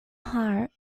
heart